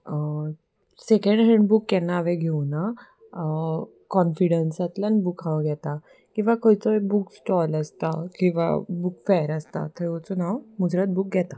second hand book केन्ना हांवें घेवना कॉन्फिडंसांतल्यान बूक हांव घेता किंवां खंयचोय बूक स्टॉल आसता किंवां बूक फॅर आसता थंय वचून हांव मुजरत बूक घेता